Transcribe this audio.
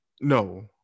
No